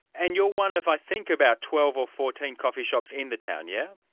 and you're one of i think about twelve or fourteen coffee shops in the town, yes?